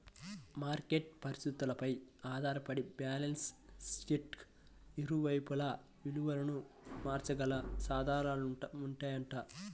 market పరిస్థితులపై ఆధారపడి balance షీట్కి ఇరువైపులా విలువను మార్చగల సాధనాలుంటాయంట